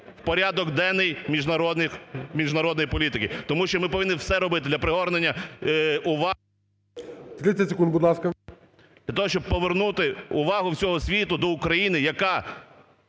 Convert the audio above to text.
повернути увагу всього світу до України, яка